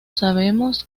sabemos